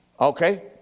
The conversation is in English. Okay